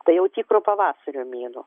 tai jau tikro pavasario mėnuo